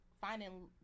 finding